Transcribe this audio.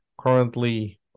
Currently